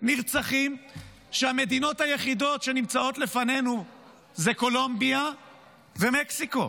נרצחים שהמדינות היחידות שנמצאות לפנינו זה קולומביה ומקסיקו,